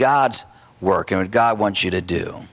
god's work and god wants you to do